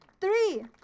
Three